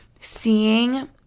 seeing